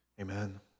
amen